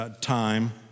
time